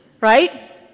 right